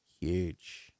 huge